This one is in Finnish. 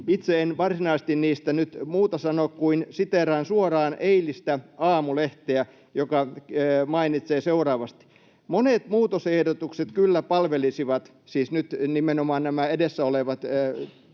Itse en varsinaisesti niistä nyt muuta sano kuin siteeraan suoraan eilistä Aamulehteä, joka mainitsee seuraavasti: ”Monet muutosehdotukset kyllä palvelisivat”, siis nyt nimenomaan nämä edessä olevat